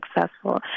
successful